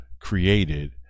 created